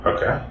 Okay